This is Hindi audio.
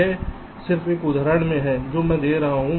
यह सिर्फ एक उदाहरण है जो मैं दे रहा हूं